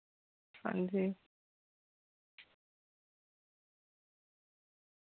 हां जी